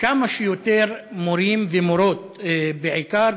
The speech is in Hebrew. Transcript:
כמה שיותר מורים, ומורות, בעיקר.